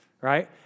Right